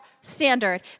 standard